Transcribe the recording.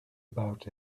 about